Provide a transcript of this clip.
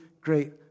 great